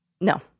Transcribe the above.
no